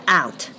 out